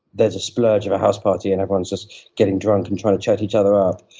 there's a splurge or a house party and everyone is just getting drunk and trying to chat each other up,